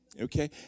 Okay